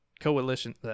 coalition